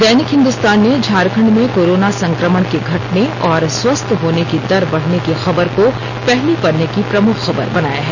दैनिक हिन्दुस्तान ने झारखंड में कोरोना संक्रमण के घटने और स्वस्थ होने की दर बढ़ने की खबर को पहले पन्ने की प्रमुख खबर बनाया है